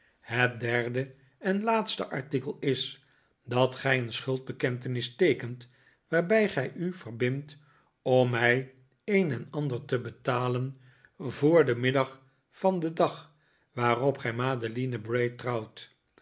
het derde en laatste artikel is dat gij een schuldbekentenis teekent waarbij gij u verbindt om mij een en ander te betalen voor den middag van den dag waarop gij madeline bray trouwt